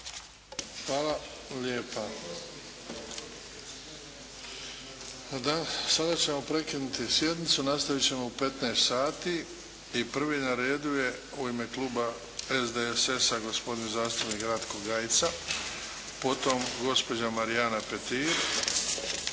Hvala lijepa. Sada ćemo prekinuti sjednicu. Nastavit ćemo u 15 sati. I prvi na redu je u ime Kluba SDSS-a gospodin zastupnik Ratko Gajica. Potom gospođa Marijana Petir